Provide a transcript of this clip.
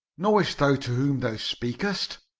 knowest thou to whom thou speakest?